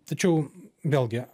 tačiau vėlgi